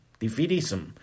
defeatism